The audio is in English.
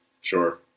Sure